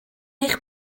eich